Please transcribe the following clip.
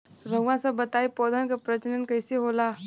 रउआ सभ बताई पौधन क प्रजनन कईसे होला?